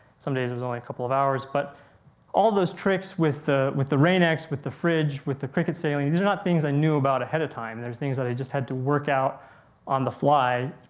some days it was only a couple of hours, but all the tricks with the with the rain x, with the fridge, with the cricket saline. these are not things that i knew about ahead of time. there are things that i just had to work out on the fly,